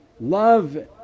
love